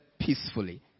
peacefully